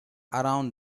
around